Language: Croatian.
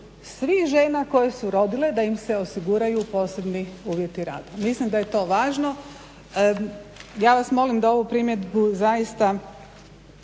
svih žena koje su rodile da im se osiguraju posebni uvjeti rada. Mislim da je to važno. Ja vas molim da ovu primjedbu zaista